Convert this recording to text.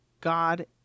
God